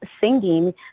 singing